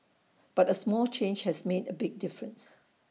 but A small change has made A big difference